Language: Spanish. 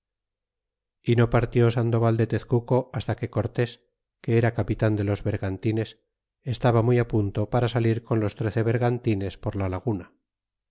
y no partió sandoval de tezcuco hasta que cortés que era c apilan de los vergantines estaba muy punto para salir con los trece vergantines por la laguna